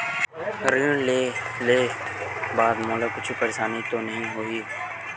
ऋण लेके बाद मोला कुछु परेशानी तो नहीं होही?